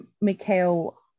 Mikhail